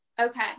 Okay